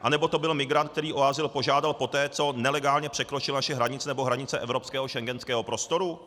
Anebo to byl migrant, který o azyl požádal poté, co nelegálně překročil naši hranici nebo hranice evropského schengenského prostoru?